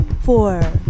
four